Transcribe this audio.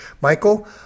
Michael